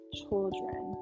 children